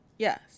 Yes